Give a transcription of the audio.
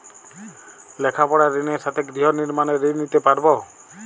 লেখাপড়ার ঋণের সাথে গৃহ নির্মাণের ঋণ নিতে পারব?